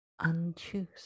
unchoose